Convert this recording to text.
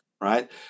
right